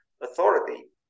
authority